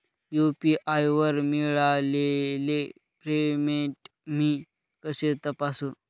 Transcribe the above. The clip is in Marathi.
यू.पी.आय वर मिळालेले पेमेंट मी कसे तपासू?